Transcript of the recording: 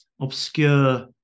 obscure